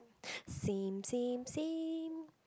same same same